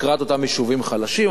לקראת אותם יישובים חלשים.